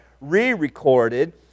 re-recorded